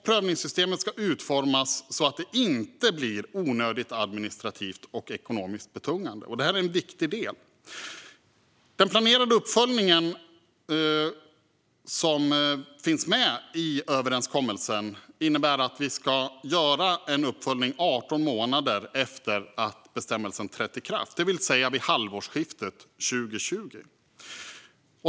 Prövningssystemet ska utformas så att det inte blir onödigt administrativt och ekonomiskt betungande, och det är en viktig del. Den i överenskommelsen planerade uppföljningen innebär att vi ska göra en uppföljning 18 månader efter att bestämmelsen trätt i kraft, det vill säga vid halvårsskiftet 2020.